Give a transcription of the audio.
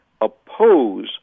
oppose